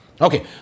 Okay